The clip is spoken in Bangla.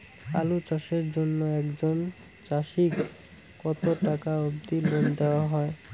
আলু চাষের জন্য একজন চাষীক কতো টাকা অব্দি লোন দেওয়া হয়?